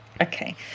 Okay